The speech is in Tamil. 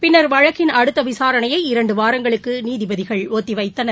பின்னர் வழக்கின் அடுத்தவிசாரணையை இரண்டுவாரங்களுக்குநீதிபதிகள் ஒத்திவைத்தனர்